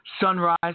sunrise